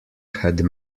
had